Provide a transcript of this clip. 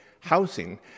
housing